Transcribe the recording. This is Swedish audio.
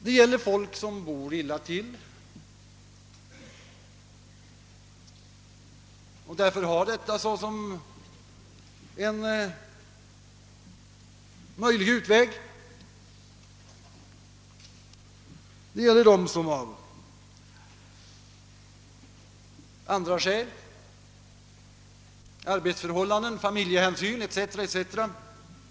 Det gäller bl.a. folk som bor illa till men som har korrespondensstudier som en möjlig utväg. Det gäller sådana som av andra skäl — arbetsförhållanden, familjehänsyn 0. S. Vv.